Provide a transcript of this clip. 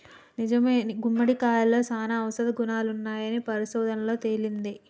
నిజమే గుమ్మడికాయలో సానా ఔషధ గుణాలున్నాయని పరిశోధనలలో తేలింది